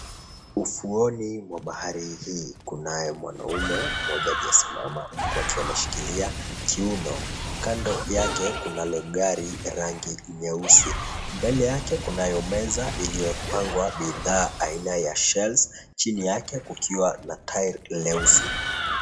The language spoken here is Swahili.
Ufuoni mwa bahari hii, kunaye mwanamume mmoja aliyesimama, huku akiwa ameshikilia kiuno. Kando yake, kunalo gari, rangi nyeusi. Mbele yake kunayo meza, iliyopangwa bidha aina ya shells . Chini yake kukiwa na tile leusi.